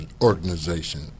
organization